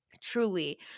truly